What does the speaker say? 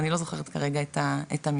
אני לא זוכרת כרגע את המספר.